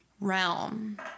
realm